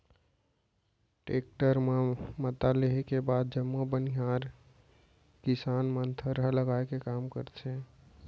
tractor म मता लेहे के बाद जम्मो बनिहार किसान मन थरहा लगाए के काम करथे